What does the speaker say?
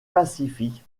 pacifique